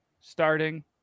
starting